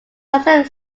saturated